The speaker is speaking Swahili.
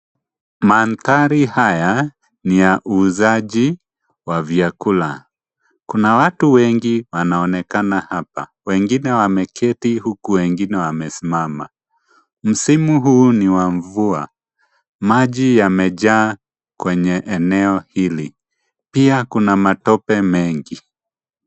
Mandhari haya ni ya uuzaji wa vyakula. Kuna watu wengi wanaonekana hapa. Wengine wameketi huku wengine wamesima. Msimu huu ni wa mvua. Maji yamejaa kwenye eneo hili. Pia kuna matope mengi.